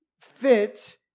fit